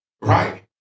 Right